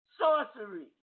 sorcery